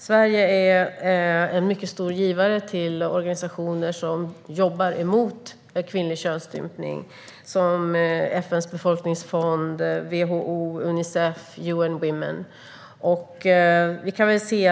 Sverige är en mycket stor givare till organisationer som jobbar mot kvinnlig könsstympning, som FN:s befolkningsfond, WHO, Unicef och UN Women.